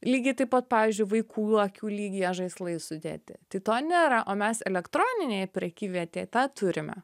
lygiai taip pat pavyzdžiui vaikų akių lygyje žaislai sudėti tai to nėra o mes elektroninėj prekyvietėj tą turime